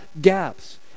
gaps